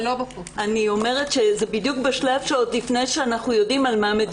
זה בדוק בשלב שעוד לפני שאנחנו יודעים על מה מדובר.